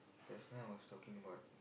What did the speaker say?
just now I was talking about